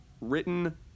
written